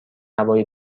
هوای